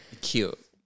cute